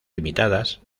limitadas